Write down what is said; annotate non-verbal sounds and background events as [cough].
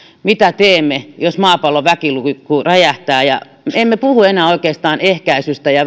mitä teemme jos maapallon väkiluku räjähtää emme puhu enää oikeastaan ehkäisystä ja [unintelligible]